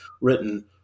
written